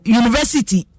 university